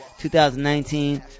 2019